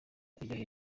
iryoheye